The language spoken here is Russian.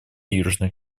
южной